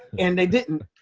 and they didn't.